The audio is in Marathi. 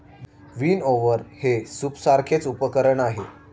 विनओवर हे सूपसारखेच उपकरण आहे